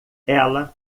ela